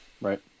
right